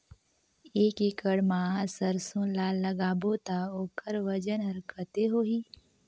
एक एकड़ मा सरसो ला लगाबो ता ओकर वजन हर कते होही?